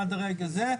עד לרגע זה,